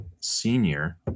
senior